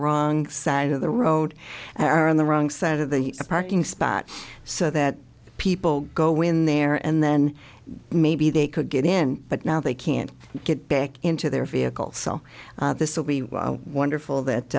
wrong side of the road are on the wrong side of the parking spot so that people go in there and then maybe they could get in but now they can't get back into their vehicle so this will be wonderful that